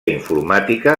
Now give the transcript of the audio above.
informàtica